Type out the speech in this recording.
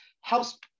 helps